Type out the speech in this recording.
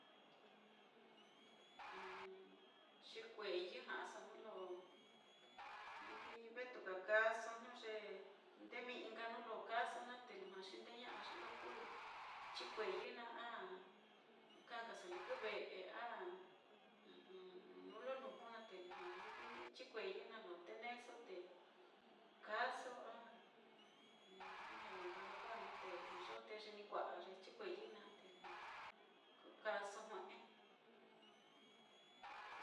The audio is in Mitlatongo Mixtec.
chikueyi ja'aso nuu lo livi vetuka kaaso, jnu ye nde mi'i nka nuu lo kaaso naá, te lujua xindeña'a ye lo kuu chikueyi naá a kaa nkaso lɨkɨ ve'e a nuu lo luju naá, te lujua livi chikueyi naá lo teneso te kaaso a jnu nale nka lo kaa na te iyo te ye ni kua'a ye chikueyi naá, te lujua ku kaaso jue'e.